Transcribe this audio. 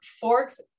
forks